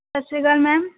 Sat Sri Akal ma'am